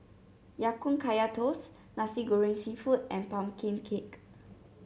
Ya Kun Kaya Toast Nasi Goreng seafood and pumpkin cake